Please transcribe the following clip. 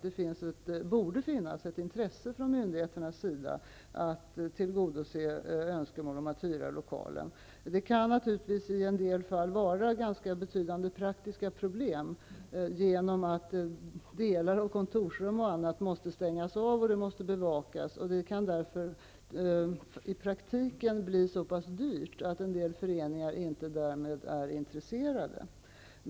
Det borde därför finnas ett intresse från myndigheternas sida att tillgodose önskemål om att få hyra ifrågavarande lokal. I en del fall kan det naturligtvis innebära betydande praktiska problem, som att kontorsrum och andra rum måste stängas av och bevakas. I praktiken kan det bli så pass dyrt att en del föreningar därmed inte är intresserade.